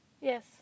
Yes